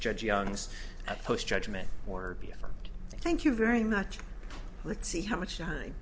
judge young's post judgment or thank you very much let's see how much time